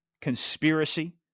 conspiracy